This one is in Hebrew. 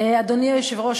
אדוני היושב-ראש,